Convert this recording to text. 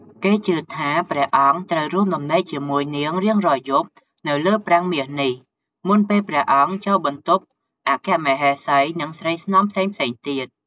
គេជឿថា ព្រះអង្គត្រូវរួមដំណេកជាមួយនាងរៀងរាល់យប់នៅលើប្រាង្គមាសនេះ មុនពេលព្រះអង្គចូលបន្ទប់អគ្គមហេសី និងស្រីស្នំផ្សេងៗទៀត។